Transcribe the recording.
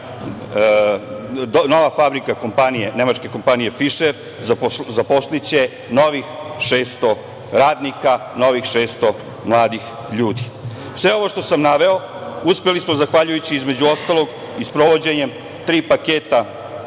nova fabrika nemačke kompanije „Fišer“ zaposliće novih 600 radnika, novih 600 mladih ljudi. Sve ovo što sam naveo uspeli smo zahvaljujući, između ostalog, i sprovođenjem tri paketa